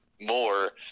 more